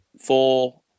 four